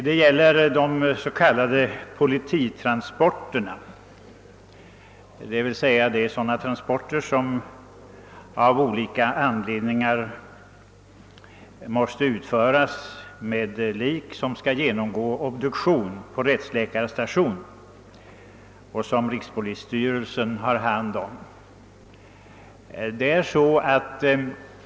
Det gäller de s.k. polititransporterna, d.v.s. transporter som av olika anledningar måste utföras med lik som skall genomgå obduktion på rättsläkarstation och som rikspolisstyrelsen har hand om.